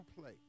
play